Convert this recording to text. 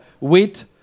wheat